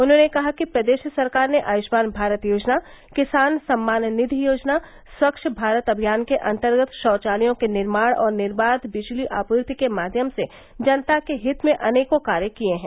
उन्होंने कहा कि प्रदेश सरकार ने आयुष्मान भारत योजना किसान सम्मान निधि योजना स्वच्छ भारत अभियान के अंतर्गत शौचालयों के निर्माण और निर्बाध बिजली आपूर्ति के माध्यम से जनता के हित में अनेकों कार्य किए हैं